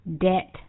debt